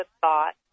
thought